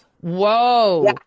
Whoa